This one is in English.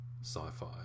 sci-fi